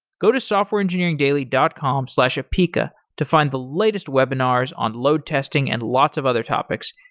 go to softwareengineeringdaily dot com slash apica to find the latest webinars on load testing and lots of other topics,